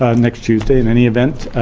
ah next tuesday, in any event,